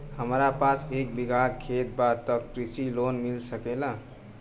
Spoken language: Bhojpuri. हमरा पास एक बिगहा खेत बा त कृषि लोन मिल सकेला?